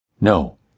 No